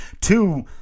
Two